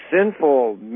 sinful